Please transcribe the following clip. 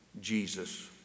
Jesus